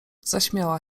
zaśmiała